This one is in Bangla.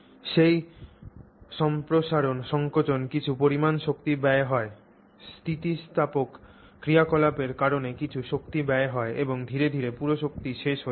এই সম্প্রসারণ সংকোচনে কিছু পরিমাণ শক্তি ব্যয় হয় স্থিতিস্থাপক ক্রিয়াকলাপের কারণে কিছু শক্তি ব্যয় হয় এবং ধীরে ধীরে পুরো শক্তি শেষ হয়ে যায়